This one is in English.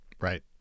Right